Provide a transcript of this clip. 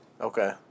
Okay